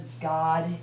God